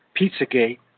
Pizzagate